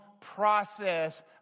process